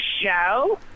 show